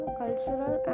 cultural